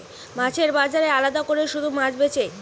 মাছের বাজারে আলাদা কোরে শুধু মাছ বেচে